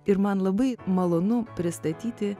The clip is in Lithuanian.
ir man labai malonu pristatyti